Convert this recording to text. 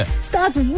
starts